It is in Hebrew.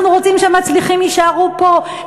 אנחנו רוצים שהמצליחים יישארו פה.